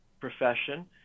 profession